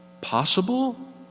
Possible